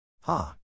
Ha